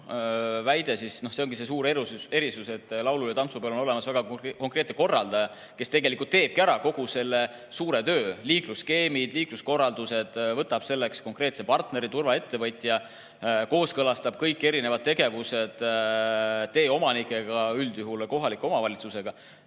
Ongi suur erisus, et laulu- ja tantsupeol on olemas konkreetne korraldaja, kes tegelikult teeb ära kogu selle suure töö: liiklusskeemid, liikluskorraldused, võtab omale konkreetseks partneriks turvaettevõtja, kooskõlastab kõik erinevad tegevused teeomanikega, üldjuhul kohaliku omavalitsusega.